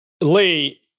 Lee